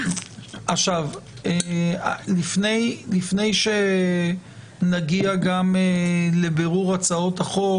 לפני שנגיע לבירור הצעות החוק,